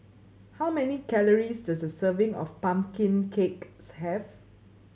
how many calories does a serving of pumpkin cake have